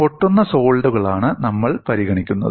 പൊട്ടുന്ന സോളിഡുകളാണ് നമ്മൾ പരിഗണിക്കുന്നത്